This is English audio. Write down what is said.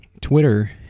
Twitter